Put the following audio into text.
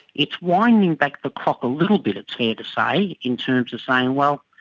it's winding back the clock a little bit, it's fair to say, in terms of saying, well,